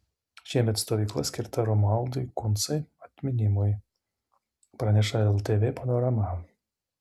šiemet stovykla skirta romualdui kuncai atminimui praneša ltv panorama